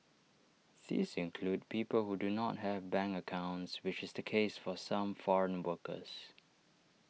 these include people who do not have bank accounts which is the case for some foreign workers